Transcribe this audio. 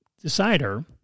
decider